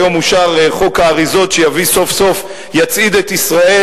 היום אושר חוק האריזות שיצעיד סוף-סוף את ישראל